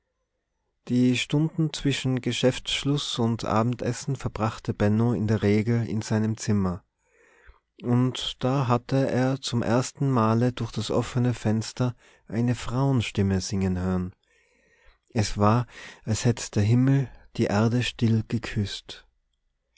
die stunden zwischen geschäftsschluß und abendessen verbrachte benno in der regel in seinem zimmer und da hatte er zum ersten male durch das offene fenster eine frauenstimme singen hören es war als hätt der himmel die erde still geküßt